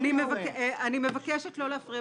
אני מבקשת לא להפריע.